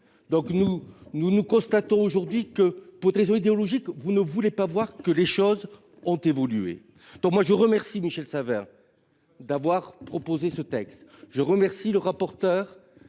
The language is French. l’épaule. Nous constatons aujourd’hui que, pour des raisons idéologiques, vous ne voulez pas voir que les choses ont évolué. Pour ma part, je remercie Michel Savin d’avoir proposé ce texte et je remercie le rapporteur